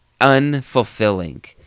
unfulfilling